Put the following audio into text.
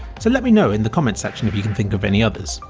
so let me know in the comments section if you can think of any others.